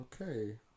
Okay